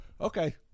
Okay